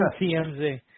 TMZ